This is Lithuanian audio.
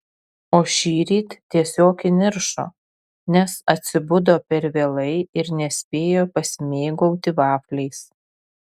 o šįryt tiesiog įniršo nes atsibudo per vėlai ir nespėjo pasimėgauti vafliais